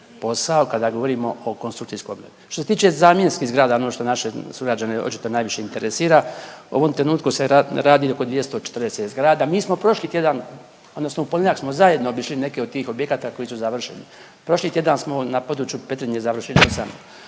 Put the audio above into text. posao kada govorimo o konstrukcijskoj obnovi. Što se tiče zamjenskih zgrada ono što naše sugrađane očito najviše interesira u ovom trenutku se radi oko 240 zgrada. Mi smo prošli tjedan, odnosno u ponedjeljak smo zajedno obišli neke od tih objekata koji su završeni. Prošli tjedan smo na području Petrinje završili 8